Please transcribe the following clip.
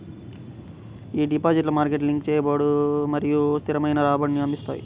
ఈ డిపాజిట్లు market link చేయబడవు మరియు స్థిరమైన రాబడిని అందిస్తాయి